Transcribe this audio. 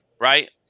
right